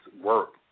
work